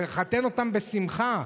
לחתן אותם בשמחה.